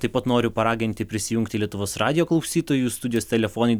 taip pat noriu paraginti prisijungti lietuvos radijo klausytojus studijos telefonai